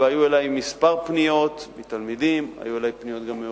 היו אלי כמה פניות של תלמידים והורים,